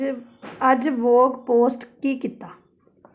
ਅੱਜ ਅੱਜ ਵੋਕ ਪੋਸਟ ਕੀ ਕੀਤਾ